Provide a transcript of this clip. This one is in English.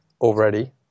already